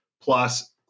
plus